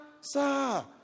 sir